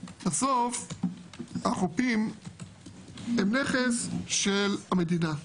בסוף החופים הם נכס של המדינה,